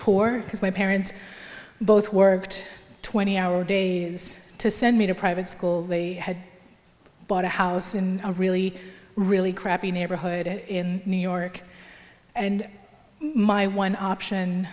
poor because my parents both worked twenty hour days to send me to private school they had bought a house in a really really crappy neighborhood in new york and my one option